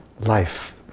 life